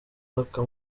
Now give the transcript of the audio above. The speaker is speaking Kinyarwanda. waka